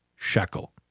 Shekel